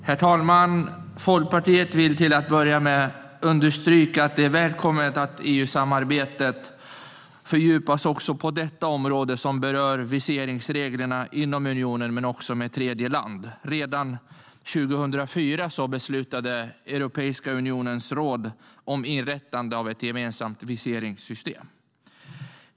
Herr talman! Folkpartiet vill till att börja med understryka att det är välkommet att EU-samarbetet fördjupas också på det område som berör viseringsreglerna både inom unionen och med tredjeland. Redan 2004 beslutade Europeiska unionens råd om inrättande av ett gemensamt viseringssystem.